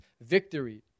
victory